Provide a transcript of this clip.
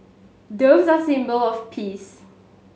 doves are a symbol of peace